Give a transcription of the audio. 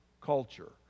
culture